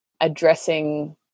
addressing